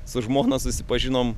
su žmona susipažinom